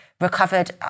recovered